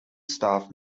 staff